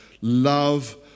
Love